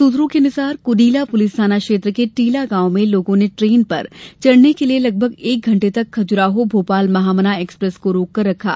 सूत्रों के अनुसार कुडीला पुलिस थाना क्षेत्र के टीला गांव में लोगों ने ट्रेन पर चढ़ने के लिए लगभग एक घंटे तक खज़ुराहो भोपाल महामना एक्सप्रेस को रोककर रखा